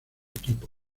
equipo